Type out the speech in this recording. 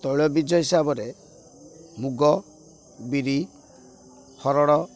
ତୈଳବୀଜ ହିସାବରେ ମୁଗ ବିରି ହରଡ଼